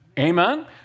Amen